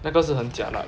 那个是很 jialat